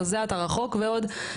אתה רחוק מאוד,